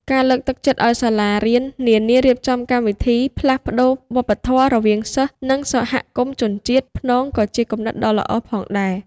ការលើកទឹកចិត្តឱ្យសាលារៀននានារៀបចំកម្មវិធីផ្លាស់ប្តូរវប្បធម៌រវាងសិស្សនិងសហគមន៍ជនជាតិព្នងក៏ជាគំនិតដ៏ល្អផងដែរ។